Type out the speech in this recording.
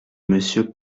monsieur